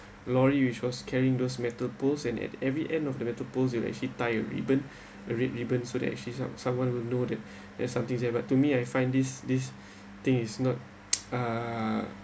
lorry which was carrying those metal poles and at every end of the metal poles is actually tied a ribbon a red ribbon so that actually some someone will know that there's something that but to me I find this this thing is not uh